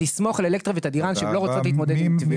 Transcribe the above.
תסמוך על "אלקטרה" ו"תדיראן" שהם לא רוצות להתמודד עם תביעה.